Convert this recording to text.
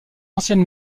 ancienne